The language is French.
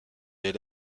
des